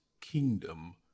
kingdom